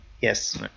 Yes